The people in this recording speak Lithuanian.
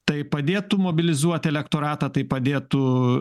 tai padėtų mobilizuot elektoratą tai padėtų